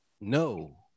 No